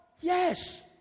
Yes